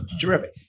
terrific